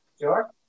Sure